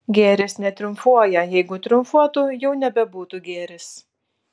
gėris netriumfuoja jeigu triumfuotų jau nebebūtų gėris